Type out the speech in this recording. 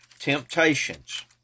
Temptations